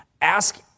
Ask